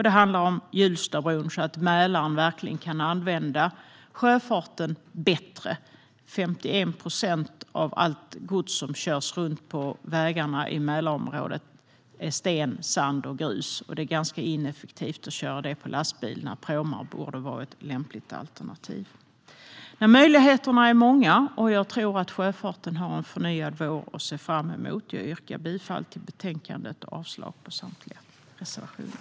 Det handlar även om Hjulstabron och att Mälaren verkligen kan använda sjöfarten bättre. 51 procent av allt gods som körs runt på vägarna i Mälarområdet är sten, sand och grus. Det är ganska ineffektivt att köra det på lastbil när pråmar borde vara ett lämpligt alternativ. Möjligheterna är många, och jag tror att sjöfarten har en förnyad vår att se fram emot. Jag yrkar bifall till förslaget i betänkandet och avslag på samtliga reservationer.